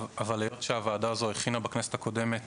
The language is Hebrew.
היות והוועדה הזאת הכינה בכנסת הקודמת